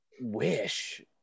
wish